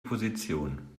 position